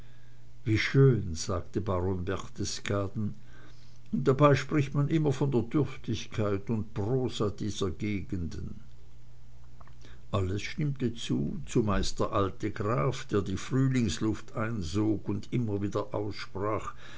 wie schön sagte baron berchtesgaden und dabei spricht man immer von der dürftigkeit und prosa dieser gegenden alles stimmte zu zumeist der alte graf der die frühlingsluft einsog und immer wieder aussprach